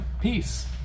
peace